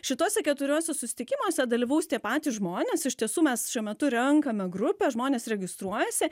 šituose keturiuose susitikimuose dalyvaus tie patys žmonės iš tiesų mes šiuo metu renkame grupę žmonės registruojasi